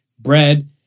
bread